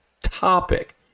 topic